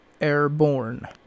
Airborne